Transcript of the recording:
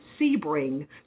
Sebring